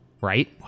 right